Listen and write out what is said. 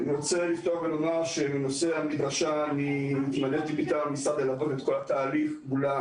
ולומר שבנושא המדרשה אני התמניתי מטעם המשרד לעבור את כל התהליך מולה